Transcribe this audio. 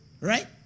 Right